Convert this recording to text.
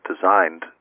designed